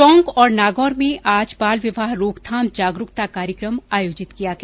टोंक और नागौर में आज बाल विवाह रोकथाम जागरूकता कार्यक्रम आयोजित किया गया